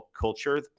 culture